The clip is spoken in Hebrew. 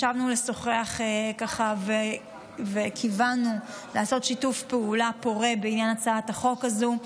ישבנו לשוחח וכיוונו לעשות שיתוף פעולה פורה בעניין הצעת החוק הזאת.